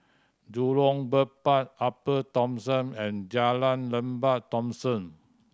Jurong Bird Park Upper Thomson and Jalan Lembah Thomson